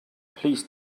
please